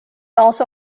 also